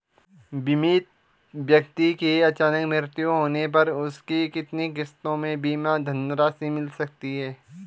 बीमित व्यक्ति के अचानक मृत्यु होने पर उसकी कितनी किश्तों में बीमा धनराशि मिल सकती है?